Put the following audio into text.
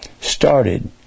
started